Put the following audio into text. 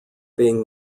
being